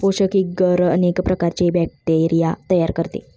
पोषक एग्गर अनेक प्रकारचे बॅक्टेरिया तयार करते